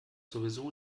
sowieso